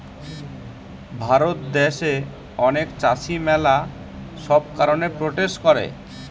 ভারত দ্যাশে অনেক চাষী ম্যালা সব কারণে প্রোটেস্ট করে